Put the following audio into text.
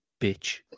bitch